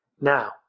Now